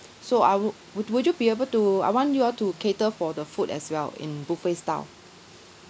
so I would would would you be able to I want you all to cater for the food as well in buffet style